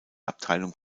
abteilung